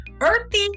Earthy